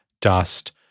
dust